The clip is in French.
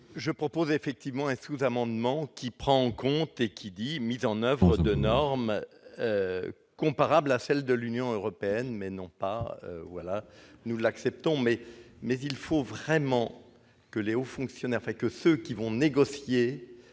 je propose effectivement un sous-amendement qui prend en compte et qui dit mise en oeuvre de normes comparables à celle de l'Union européenne, mais non pas voilà, nous l'acceptons mais mais il faut vraiment que Léo fonctionnaires fait que ce qui vont négocier